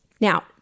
Now